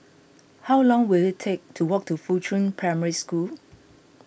how long will it take to walk to Fuchun Primary School